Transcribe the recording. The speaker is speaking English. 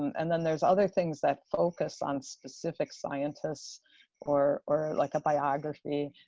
and then there's other things that focus on specific scientists or or like a biography.